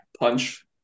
punch